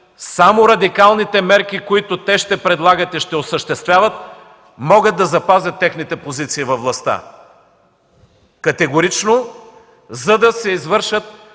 само радикалните мерки, които те ще предлагат и ще осъществяват, могат да запазят техните позиции във властта. Категорично – за да се извършат